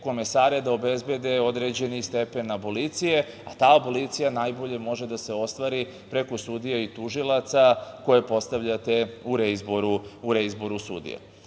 komesare da obezbede određeni stepen abolicije, a ta abolicija najbolje može da se ostvari preko sudija i tužilaca, koje postavljate u reizboru sudija. Od